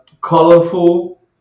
colorful